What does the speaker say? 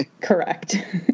Correct